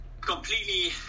completely